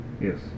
Yes